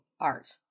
art